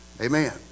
Amen